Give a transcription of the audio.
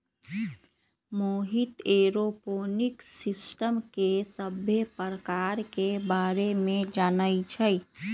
Mohit aeroponics system के सभ्भे परकार के बारे मे जानई छई